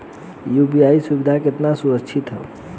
UPI सुविधा केतना सुरक्षित ह?